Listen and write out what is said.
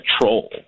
troll